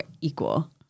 equal